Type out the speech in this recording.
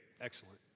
Excellent